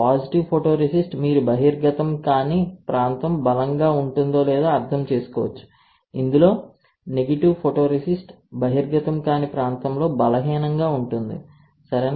positive photoresist మీరు బహిర్గతం కాని ప్రాంతం బలంగా ఉంటుందో లేదో అర్థం చేసుకోవచ్చు ఇందులో నెగిటివ్ ఫోటోరేసిస్ట్ బహిర్గతం కాని ప్రాంతంలో బలహీనంగా ఉంటుంది సరేనా